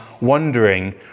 wondering